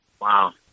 Wow